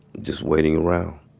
just waiting around